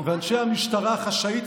"ואנשי המשטרה החשאית,